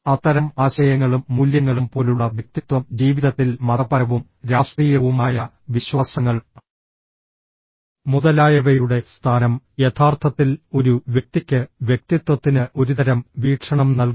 അത്തരം ആശയങ്ങളും മൂല്യങ്ങളും പോലുള്ള വ്യക്തിത്വം ജീവിതത്തിൽ മതപരവും രാഷ്ട്രീയവുമായ വിശ്വാസങ്ങൾ മുതലായവയുടെ സ്ഥാനം യഥാർത്ഥത്തിൽ ഒരു വ്യക്തിക്ക് വ്യക്തിത്വത്തിന് ഒരുതരം വീക്ഷണം നൽകുന്നു